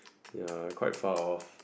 ya quite far off